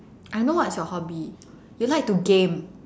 I know what's your hobby you like to game